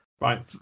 right